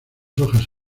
hojas